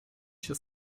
się